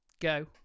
go